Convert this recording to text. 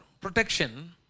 protection